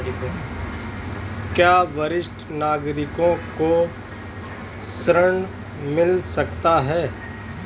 क्या वरिष्ठ नागरिकों को ऋण मिल सकता है?